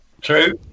True